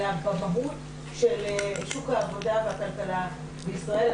אלא במהות של שוק העבודה והכלכלה בישראל.